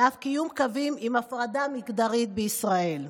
ואף יקוימו קווים עם הפרדה מגדרית בישראל.